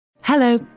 Hello